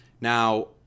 Now